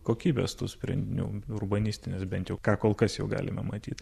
kokybės tų sprendinių urbanistinis bent jau ką kol kas jau galima matyt